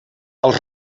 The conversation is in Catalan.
els